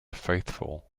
faithful